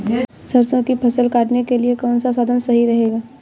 सरसो की फसल काटने के लिए कौन सा साधन सही रहेगा?